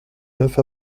neuf